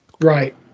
Right